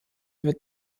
wird